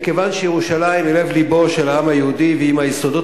מכיוון שירושלים היא לב לבו של העם היהודי והיא מהיסודות